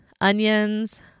onions